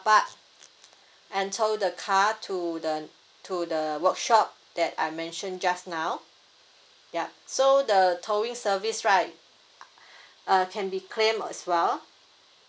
park and tow the car to the to the workshop that I mentioned just now yup so the towing service right uh can be claimed as well